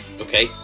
Okay